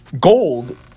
gold